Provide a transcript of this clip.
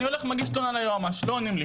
אני הולך מגיש תלונה ליועמ"ש, לא עונים לי.